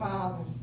Father